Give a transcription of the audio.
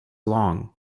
long